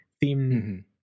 theme